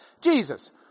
Jesus